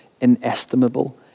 inestimable